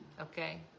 Okay